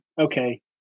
okay